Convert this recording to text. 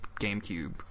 gamecube